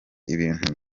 ibintu